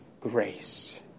grace